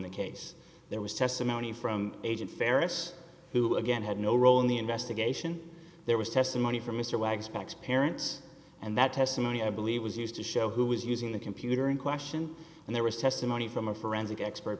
the case there was testimony from agent faris who again had no role in the investigation there was testimony from mr wag specs parents and that testimony i believe was used to show who was using the computer in question and there was testimony from a forensic expert